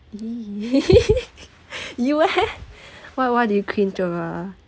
!ee! you eh what what do you cringe about